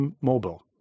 Mobile